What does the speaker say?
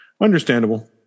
Understandable